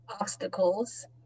obstacles